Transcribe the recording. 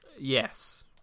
Yes